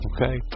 Okay